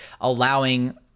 allowing